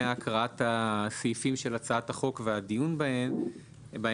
קריאת הסעיפים של הצעת החוק והדיון בהם.